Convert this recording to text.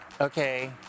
okay